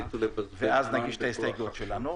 ואז נגיש את ההסתיידויות שלנו,